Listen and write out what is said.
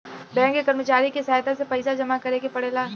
bank के कर्मचारी के सहायता से पइसा जामा करेके पड़ेला